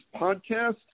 podcast